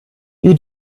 you